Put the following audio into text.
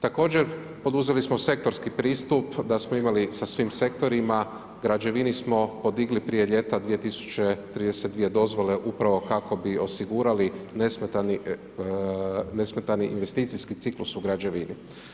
Također, poduzeli smo sektorski pristup da smo imali sa svim sektorima, građevini smo podigli prije ljeta 2 032 dozvole upravo kako bi osigurali nesmetani investicijski ciklus u građevini.